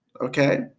okay